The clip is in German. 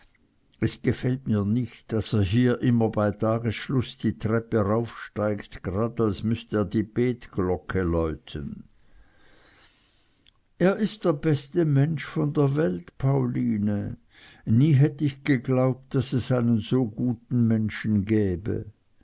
es gefällt mir nich daß er hier immer bei dagesschluß die treppe raufsteigt grad als müßt er die betglocke läuten er ist der beste mensch von der welt pauline nie hätt ich geglaubt daß es einen so guten menschen gäbe